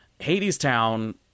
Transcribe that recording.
Hadestown